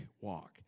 walk